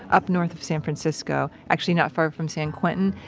up north of san francisco, actually not far from san quentin,